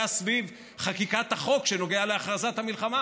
סביב חקיקת החוק שנוגע להכרזת המלחמה,